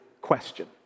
question